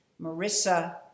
Marissa